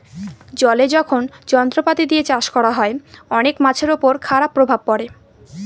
জলে যখন যন্ত্রপাতি দিয়ে চাষ করা হয়, অনেক মাছের উপর খারাপ প্রভাব পড়ে